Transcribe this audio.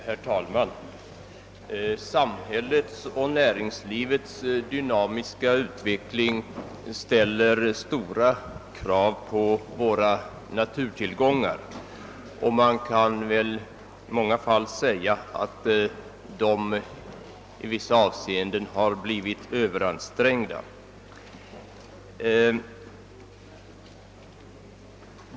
Herr talman! Samhällets och näringslivets dynamiska utveckling ställer stora krav på våra naturtillgångar, och man kan väl i många fall säga att dessa i vissa avseenden har blivit överansträngda.